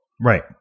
Right